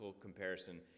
comparison